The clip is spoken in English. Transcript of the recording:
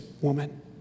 woman